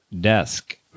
desk